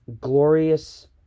Glorious